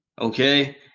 okay